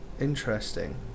Interesting